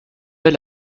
vais